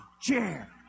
chair